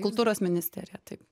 kultūros ministerija taip